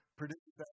produced